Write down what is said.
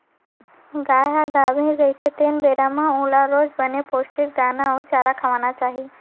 गाय ह गाभिन रहिथे तेन बेरा म ओला रोज बने पोस्टिक दाना अउ चारा खवाना चाही